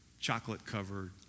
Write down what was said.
chocolate-covered